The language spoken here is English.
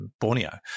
Borneo